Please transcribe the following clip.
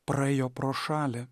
praėjo pro šalį